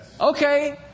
Okay